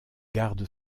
garde